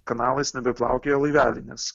kanalais nebeplaukioja laiveliai nes